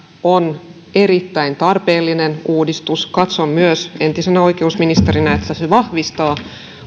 on erittäin tarpeellinen uudistus katson myös entisenä oikeusministerinä että se vahvistaa